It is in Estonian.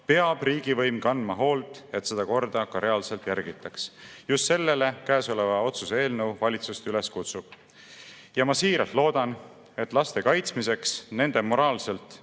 siis riigivõim peab kandma hoolt, et seda korda ka reaalselt järgitaks. Just sellele käesolev otsuse eelnõu valitsust üles kutsub. Ma siiralt loodan, et laste kaitsmiseks nende moraalset